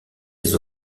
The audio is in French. ses